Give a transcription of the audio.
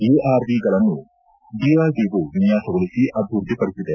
ಎಆರ್ವಿಗಳನ್ನು DRDO ವಿನ್ಹಾಸಗೊಳಿಸಿ ಅಭಿವೃದ್ವಿಪಡಿಸಿದೆ